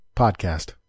podcast